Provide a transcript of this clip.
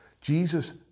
Jesus